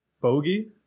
Bogey